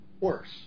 worse